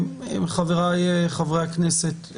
חברי חברי הכנסת,